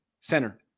center